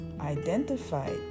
identified